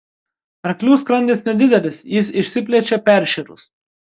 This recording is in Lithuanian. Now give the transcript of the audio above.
arklių skrandis nedidelis jis išsiplečia peršėrus